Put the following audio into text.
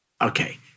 Okay